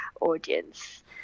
audience